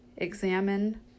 examine